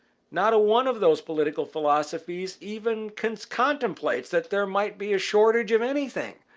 not one of those political philosophies even kind of contemplates that there might be a shortage of anything!